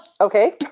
okay